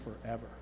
forever